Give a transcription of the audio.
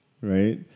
right